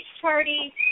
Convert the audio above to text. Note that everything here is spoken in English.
party